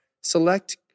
select